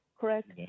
correct